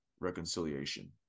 reconciliation